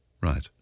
Right